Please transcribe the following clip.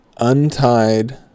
untied